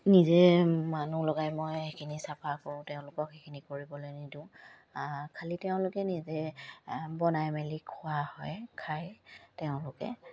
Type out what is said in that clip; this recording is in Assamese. নিজে মানুহ লগাই মই সেইখিনি চাফা কৰোঁ তেওঁলোকক সেইখিনি কৰিবলৈ নিদিওঁ খালী তেওঁলোকে নিজে বনাই মেলি খোৱা হয় খাই তেওঁলোকে